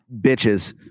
bitches